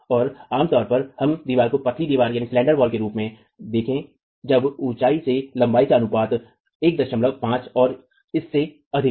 और आमतौर पर हम दीवार को पतली दीवारें के रूप में देखें जब ऊंचाई से लंबाई का अनुपात लगभग 15 और इससे से अधिक हो